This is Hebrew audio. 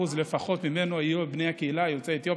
לפחות ממנו יהיו מבני קהילת יוצאי אתיופיה,